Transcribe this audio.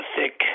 Thick